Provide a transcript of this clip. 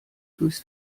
durchs